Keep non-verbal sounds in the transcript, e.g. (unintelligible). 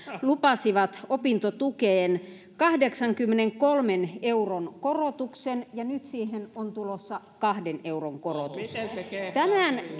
lupasivat opintotukeen kahdeksankymmenenkolmen euron korotuksen ja nyt siihen on tulossa kahden euron korotus tämän (unintelligible)